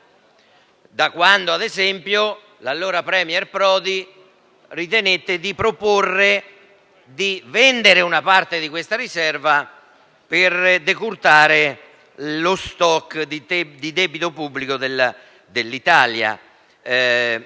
da quando, ad esempio, l'allora *premier* Prodi ritenne di proporre la vendita di una parte di questa riserva per decurtare lo *stock* di debito pubblico dell'Italia.